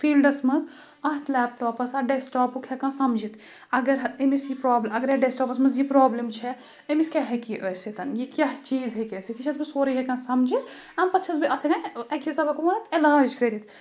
فیٖلڈَس منٛز اَتھ لٮ۪پٹاپَس ڈیسکٹاپُک ہٮ۪کان سَمجِتھ اَگر أمِس یہِ پرٛابلِم اَگر یَتھ ڈیسکٹاپَس منٛز یہِ پرٛابلِم چھےٚ أمِس کیٛاہ ہیٚکہِ یہِ ٲسِتھ یہِ کیٛاہ چیٖز ہیٚکہِ ٲسِتھ یہِ چھَس بہٕ سورُے ہٮ۪کان سَمجِتھ اَمہِ پَتہٕ چھَس بہٕ اَتھ ہٮ۪کان اَکہِ حِساب ہٮ۪کو ؤنِتھ علاج کٔرِتھ